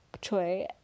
choi